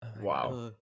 Wow